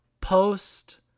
post